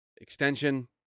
extension